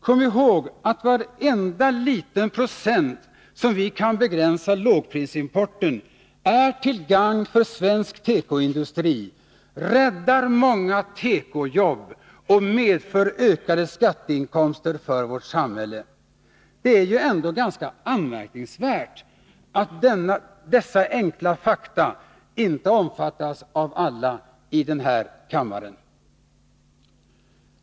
Kom ihåg att varenda liten procent som vi kan begränsa lågprisimporten med är till gagn för svensk tekoindustri, räddar många tekojobb och medför ökade skatteinkomster för vårt samhälle. Det är ju ändå ganska anmärkningsvärt att dessa enkla fakta inte omfattas av alla i den här kammaren.